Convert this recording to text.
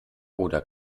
oder